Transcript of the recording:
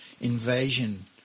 invasion